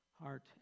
heart